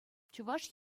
чӑваш